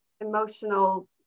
emotional